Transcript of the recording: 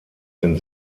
den